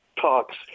talks